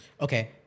Okay